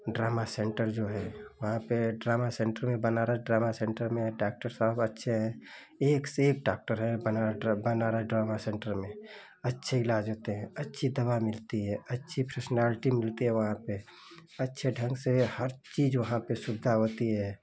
trauma centre जो है वहाँ पर ट्रॉमा सेन्टर में बनारस ट्रॉमा सेन्टर में डॉक्टर साहब अच्छे हैं एक से एक डॉक्टर हैं बनारस ट्रो बनारस ट्रॉमा सेन्टर में अच्छा इलाज़ होता है अच्छी दवा मिलती है अच्छी फैसिलिटी मिलती है वहाँ से अच्छे ढंग से हर चीज़ वहाँ पर सुविधा होती है